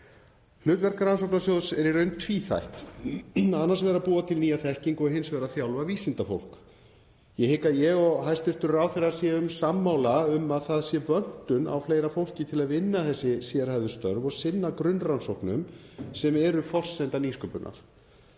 Hlutverk Rannsóknasjóðs er í raun tvíþætt; annars vegar að búa til nýja þekkingu og hins vegar að þjálfa vísindafólk. Ég hygg að ég og hæstv. ráðherra séum sammála um að fleira fólk vanti til að vinna þessi sérhæfðu störf og sinna grunnrannsóknum sem eru forsenda nýsköpunar.